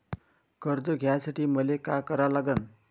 कर्ज घ्यासाठी मले का करा लागन?